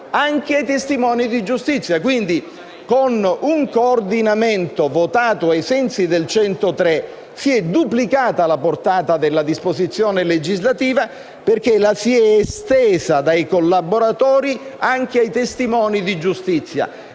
anche ai testimoni di giustizia. Con un coordinamento, quindi, votato ai sensi dell'articolo 103, si è duplicata la portata della disposizione legislativa perché la si è estesa dai collaboratori anche ai testimoni di giustizia.